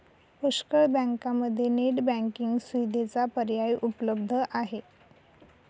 पुष्कळ बँकांमध्ये net banking सुविधेचा पर्याय उपलब्ध आहे